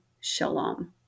shalom